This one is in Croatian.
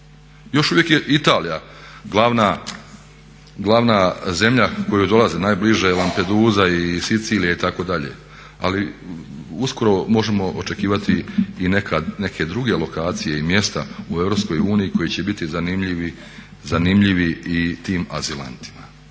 Još uvijek je Italija glavna zemlja u koju dolaze najbliže Lampedusa i Sicilija itd., ali uskoro možemo očekivati i neke druge lokacije i mjesta u Europskoj uniji koji će biti zanimljivi i tim azilantima.